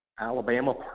Alabama